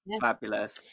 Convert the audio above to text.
Fabulous